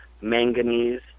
manganese